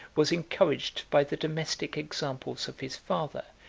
was encouraged by the domestic examples of his father,